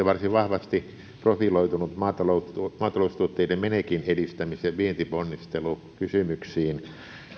varsin vahvasti profiloitunut maataloustuotteiden menekinedistämis ja vientiponnistelukysymyksiin